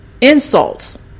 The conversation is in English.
Insults